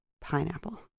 Pineapple